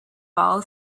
follow